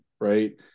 right